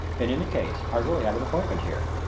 in any case i really have an appointment here.